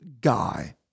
guy